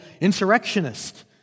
insurrectionist